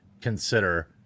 consider